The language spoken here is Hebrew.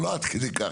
לא עד כדי כך,